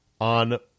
on